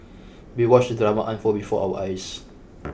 we watched the drama unfold before our eyes